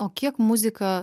o kiek muzika